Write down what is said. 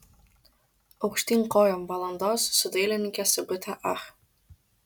aukštyn kojom valandos su dailininke sigute ach